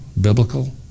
biblical